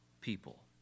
people